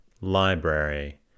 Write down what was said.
library